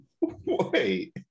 Wait